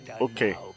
Okay